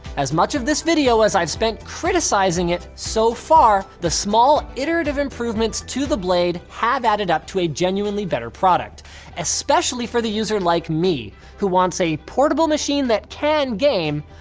as much of this video as i've spent criticizing it so far, the small iterative improvements to the blade have added up to a genuinely better product especially for the user like me, who wants a portable machine that can game,